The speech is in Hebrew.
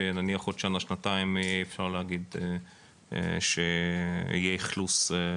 שנניח עוד שנה שנתיים אפשר להגיד שיהיה אכלוס?